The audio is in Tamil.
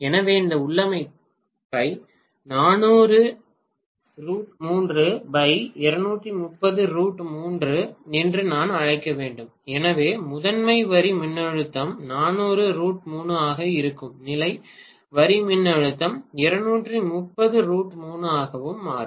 எனவே இந்த உள்ளமைவை என்று நான் அழைக்க வேண்டும் எனவே முதன்மை வரி மின்னழுத்தம் ஆகவும் இரண்டாம் நிலை வரி மின்னழுத்தம் ஆகவும் மாறும்